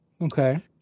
Okay